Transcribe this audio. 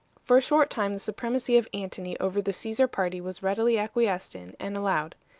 for a short time the supremacy of antony over the caesar party was readily acquiesced in and allowed.